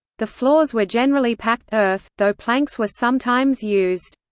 the floors were generally packed earth, though planks were sometimes used.